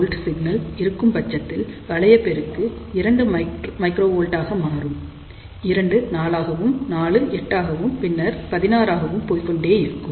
1μV signal இருக்கும் பட்சத்தில் வளைய பெருக்கு 2μV ஆக மாறும் 2 4 ஆகவும் 4 8 ஆகவும் பின்னர் 16 ஆகவும் போய்க்கொண்டே இருக்கும்